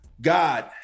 God